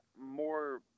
more